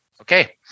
Okay